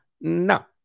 No